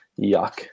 Yuck